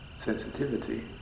sensitivity